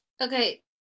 Okay